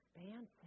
Expansive